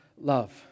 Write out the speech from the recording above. love